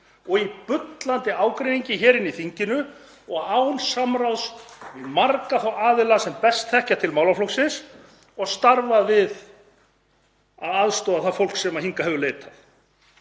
og í bullandi ágreiningi hér inni í þinginu og án samráðs við marga þá aðila sem best þekkja til málaflokksins og starfa við að aðstoða það fólk sem hingað hefur leitað,